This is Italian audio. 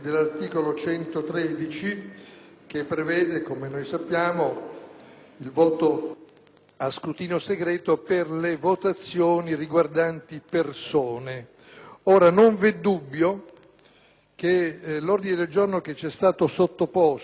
il voto a scrutinio segreto per le votazioni riguardanti persone. Non vi è dubbio che nell'ordine del giorno che ci è stato sottoposto, sia nel dispositivo, dove fa riferimento esplicito